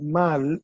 mal